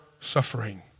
suffering